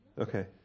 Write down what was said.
Okay